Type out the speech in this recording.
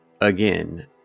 again